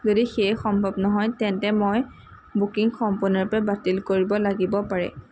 যদি সেই সম্ভৱ নহয় তেন্তে মই বুকিং সম্পূৰ্ণৰূপে বাতিল কৰিব লাগিব পাৰে